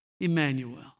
Emmanuel